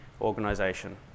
organization